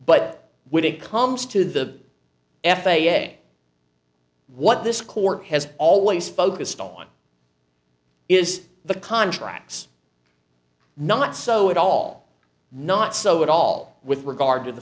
but when it comes to the f a a what this court has always focused on it is the contracts not so at all not so at all with regard to the